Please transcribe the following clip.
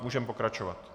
Můžeme pokračovat.